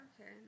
Okay